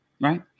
right